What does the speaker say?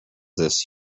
this